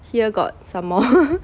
here got some more